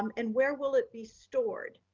um and where will it be stored?